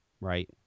right